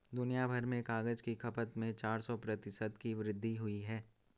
दुनियाभर में कागज की खपत में चार सौ प्रतिशत की वृद्धि हुई है